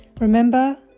remember